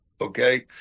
Okay